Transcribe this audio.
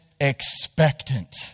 expectant